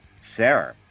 Sarah